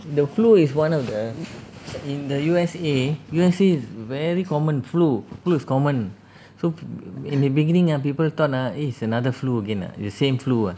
the flu is one of the in the U_S_A U_S_A is very common flu flu is common so in the beginning ah people thought ah eh is another flu again ah the same flu ah